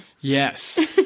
Yes